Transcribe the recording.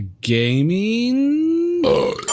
gaming